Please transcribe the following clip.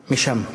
משם.